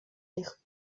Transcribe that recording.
tych